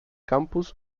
campus